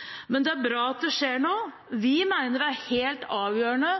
er bra at det skjer noe. Vi mener det er helt avgjørende